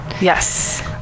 Yes